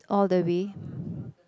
all the way